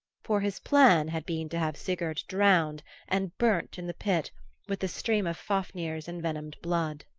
for his plan had been to have sigurd drowned and burnt in the pit with the stream of fafnir's envenomed blood.